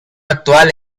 actual